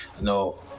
no